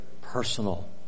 personal